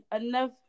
enough